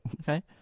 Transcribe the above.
Okay